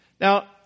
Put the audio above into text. Now